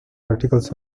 articles